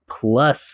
plus